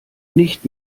nicht